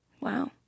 Wow